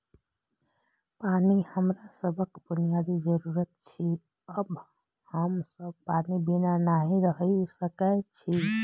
पानि हमरा सभक बुनियादी जरूरत छियै आ हम सब पानि बिना नहि रहि सकै छी